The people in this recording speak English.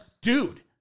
Dude